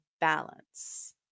Balance